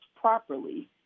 properly